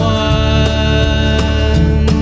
one